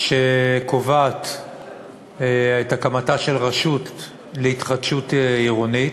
שקובעת את הקמתה של הרשות להתחדשות עירונית.